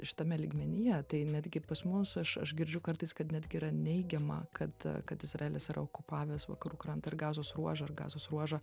šitame lygmenyje tai netgi pas mus aš aš girdžiu kartais kad netgi yra neigiama kad kad izraelis yra okupavęs vakarų krantą ir gazos ruožą ar gazos ruožą